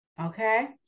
Okay